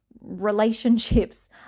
relationships